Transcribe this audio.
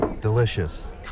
delicious